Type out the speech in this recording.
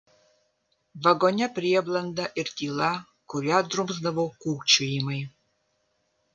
vagone prieblanda ir tyla kurią drumsdavo kūkčiojimai